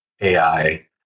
AI